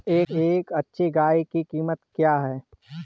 एक अच्छी गाय की कीमत क्या है?